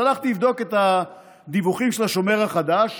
אז הלכתי לבדוק את הדיווחים של השומר החדש.